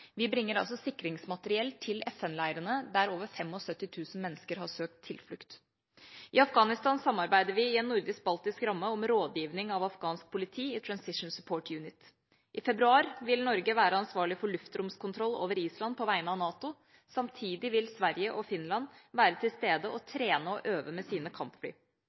Vi bringer altså sikringsmateriell til FN-leirene, der over 75 000 mennesker har søkt tilflukt. I Afghanistan samarbeider vi i en nordisk-baltisk ramme om rådgivning av afghansk politi i Transition Support Unit. I februar vil Norge være ansvarlig for luftromskontroll over Island på vegne av NATO. Samtidig vil Sverige og Finland være til stede og trene og øve med sine kampfly.